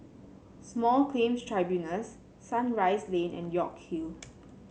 Small Claims Tribunals Sunrise Lane and York Hill